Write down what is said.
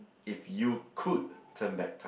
if you could turn back time